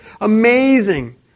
amazing